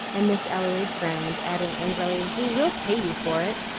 and miss ellery frowned, adding angrily, we will pay you for it.